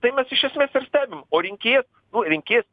tai mes iš esmės ir stebim o rinkėjas nu rinkėjas